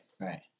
right